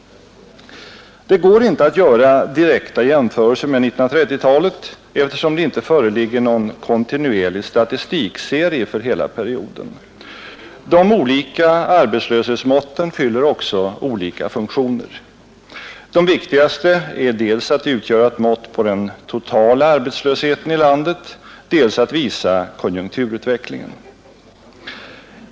Det går inte att göra direkta jämförelser med 1930-talet eftersom det inte föreligger någon kontinuerlig statistikserie för hela perioden. De olika arbetslöshetsmåtten fyller också olika funktioner. De viktigaste är dels att utgöra ett mått på den totala arbetslösheten i landet, dels att visa konjunkturutvecklingen.